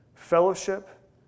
Fellowship